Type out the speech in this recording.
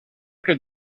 que